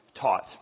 taught